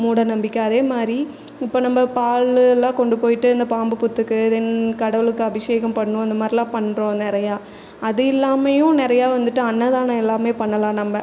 மூட நம்பிக்கை அதே மாதிரி இப்போ நம்ப பாலுலாம் கொண்டு போய்விட்டு இந்த பாம்பு புற்றுக்கு தென் கடவுளுக்கு அபிஷேகம் பண்ணும் இந்த மாதிரிலாம் பண்ணுறோம் நிறையா அது இல்லாமையும் நிறையா வந்துவிட்டு அன்னதானம் எல்லாமே பண்ணலாம் நம்ப